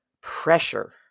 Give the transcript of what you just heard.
pressure